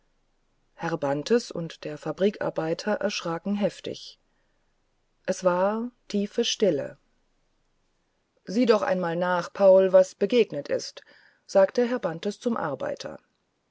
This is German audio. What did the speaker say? herr bantes und der fabrikarbeiter erschraken heftig es war tiefe stille sieh doch einmal nach paul was begegnet ist sagte herr bantes zum arbeiter